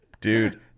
Dude